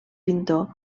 pintor